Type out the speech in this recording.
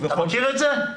אתה מכיר את זה?